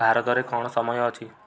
ଭାରତରେ କ'ଣ ସମୟ ଅଛି